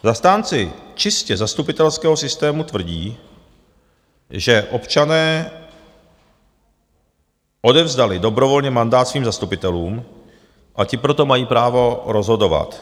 Zastánci čistě zastupitelského systému tvrdí, že občané odevzdali dobrovolně mandát svým zastupitelům, a ti proto mají právo rozhodovat.